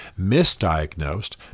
misdiagnosed